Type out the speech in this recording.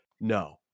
No